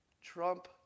Trump